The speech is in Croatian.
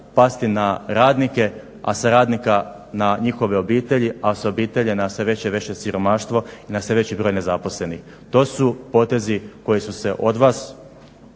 pasti na radnike, a sa radnika na njihove obitelji, a s obitelji na sve veće i veće siromaštvo i na sve veći broj nezaposlenih. To su potezi koji su se od vas